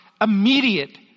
immediate